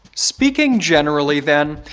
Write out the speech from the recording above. speaking generally then,